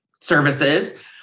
services